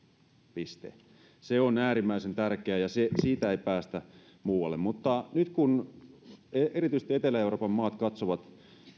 piste se on äärimmäisen tärkeää ja siitä ei päästä muualle mutta nyt kun erityisesti etelä euroopan maat katsovat